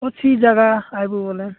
ଅଛି ଜାଗା ଆଇବୁ ବୋଲେ